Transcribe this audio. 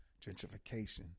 Gentrification